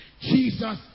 Jesus